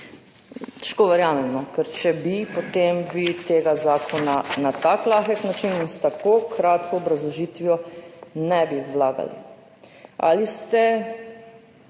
Težko verjamem. Ker če bi, potem vi tega zakona na tako lahek način in s tako kratko obrazložitvijo ne bi vlagali. Ali imate